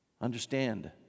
Understand